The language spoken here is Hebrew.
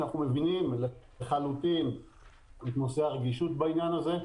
אנחנו מבינים לחלוטין את הרגישות בעניין הזה.